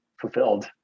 fulfilled